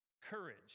Courage